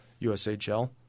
USHL